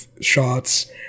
shots